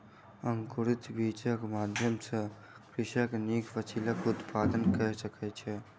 अंकुरित बीजक माध्यम सॅ कृषक नीक फसिलक उत्पादन कय सकै छै